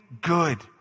good